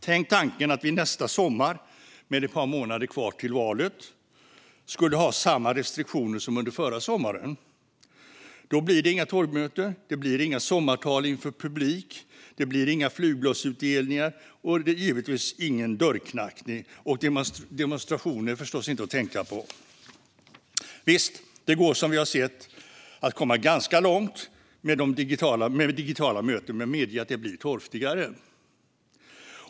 Tänk tanken att vi nästa sommar, med ett par månader kvar till valet, skulle ha samma restriktioner som under förra sommaren. Då blir det inga torgmöten, inga sommartal inför publik, inga flygbladsutdelningar och givetvis ingen dörrknackning. Och demonstrationer är förstås inte att tänka på. Visst går det, som vi har sett, att komma ganska långt med digitala möten, men medge att det blir torftigare!